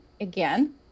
again